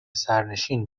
سرنشین